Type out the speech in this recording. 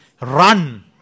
run